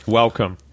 welcome